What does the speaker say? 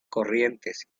corrientes